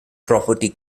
property